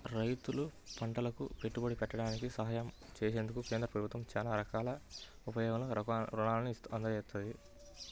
రైతులు పంటలకు పెట్టుబడి పెట్టడానికి సహాయం చేసేందుకు కేంద్ర ప్రభుత్వం చానా రకాల రూపంలో రుణాల్ని అందిత్తంది